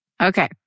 Okay